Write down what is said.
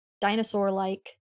dinosaur-like